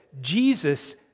Jesus